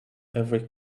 every